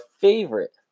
favorite